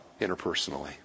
interpersonally